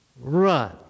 run